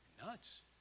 nuts